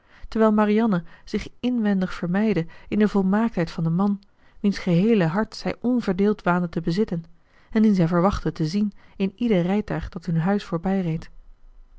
terwijl marianne zich inwendig vermeide in de volmaaktheid van den man wiens geheele hart zij onverdeeld waande te bezitten en dien zij verwachtte te zien in ieder rijtuig dat hun huis voorbijreed